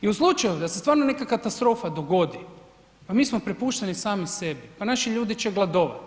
I u slučaju da se stvarno neka katastrofa dogodi, pa mi smo prepušteni sami sebi, pa naši ljudi će gladovati.